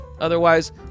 Otherwise